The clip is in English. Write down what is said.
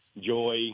joy